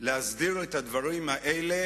להסדיר את הדברים האלה